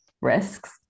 risks